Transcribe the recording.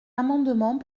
amendements